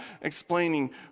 explaining